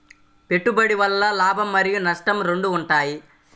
పెట్టుబడి వల్ల లాభం మరియు నష్టం రెండు ఉంటాయా?